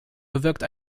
bewirkt